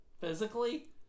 Physically